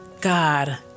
God